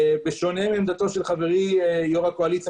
בשונה מעמדתו של חברי יו"ר הקואליציה,